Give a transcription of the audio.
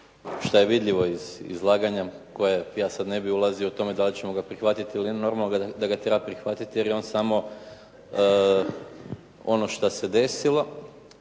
što je vidljivo iz izlaganja koja ja sad ne bih ulazio u to da li ćemo ga prihvatiti jer je normalno da ga treba prihvatiti jer je on samo ono što se desilo